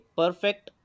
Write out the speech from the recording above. perfect